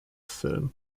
film